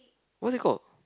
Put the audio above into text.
what's it called